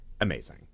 Amazing